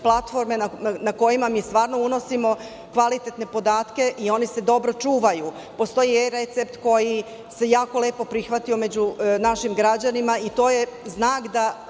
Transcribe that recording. platforme na kojima mi stvarno unosimo kvalitetne podatke i oni se dobro čuvaju. Postoji E-recept koji se jako lepo prihvatio među našim građanima. To je znak da